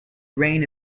grain